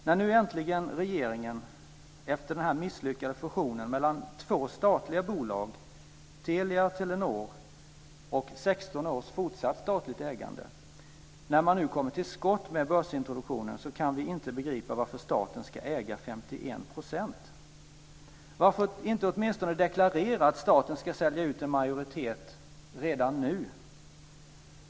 När nu äntligen regeringen - efter den misslyckade fusionen mellan två statliga bolag, Telia och Telenor, och 16 års fortsatt statligt ägande - kommer till skott med börsintroduktionen kan vi inte begripa varför staten ska äga 51 %. Varför inte åtminstone deklarera att staten redan nu ska sälja ut en majoritet?